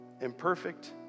Imperfect